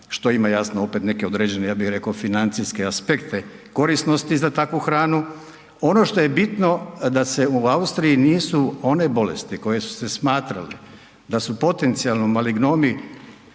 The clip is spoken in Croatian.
što ima jasno opet neke određene, ja bi reko, financijske aspekte korisnosti za takvu hranu. Ono što je bitno da se u Austriji nisu one bolesti koje su se smatrale da su potencijalno malignomi